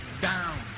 down